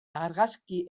argazki